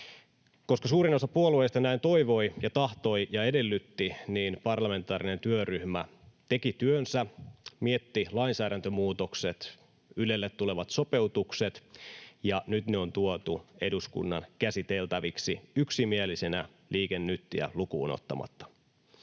Koska suurin osa puolueista näin toivoi ja tahtoi ja edellytti, parlamentaarinen työryhmä teki työnsä, mietti lainsäädäntömuutokset ja Ylelle tulevat sopeutukset, ja nyt ne on tuotu eduskunnan käsiteltäviksi yksimielisenä, Liike Nytiä lukuun ottamatta.